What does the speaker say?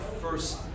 first